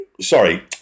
Sorry